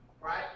right